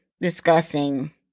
discussing